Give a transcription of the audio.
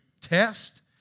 test